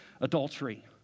adultery